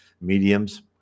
mediums